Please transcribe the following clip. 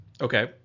Okay